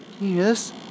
yes